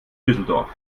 düsseldorf